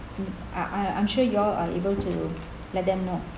hmm I I'm I'm sure you all are able to let them know